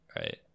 Right